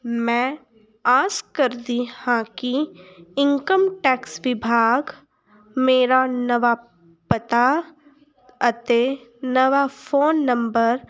ਮੈਂ ਆਸ ਕਰਦੀ ਹਾਂ ਕਿ ਇਨਕਮ ਟੈਕਸ ਵਿਭਾਗ ਮੇਰਾ ਨਵਾਂ ਪਤਾ ਅਤੇ ਨਵਾਂ ਫੋਨ ਨੰਬਰ